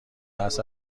ترس